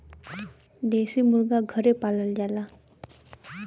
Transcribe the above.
देसी मुरगा घरे पालल जाला